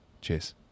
Cheers